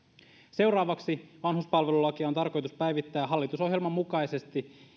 seuraavaksi vanhuspalvelulakia on tarkoitus päivittää hallitusohjelman mukaisesti